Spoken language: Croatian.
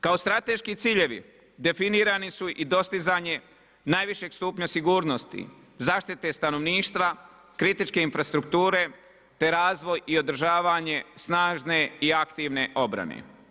Kao strateški ciljevi definirani su i dostizanje najvišeg stupnja sigurnosti zaštite stanovništva, kritičke infrastrukture te razvoj i održavanje snažne i aktivne obrane.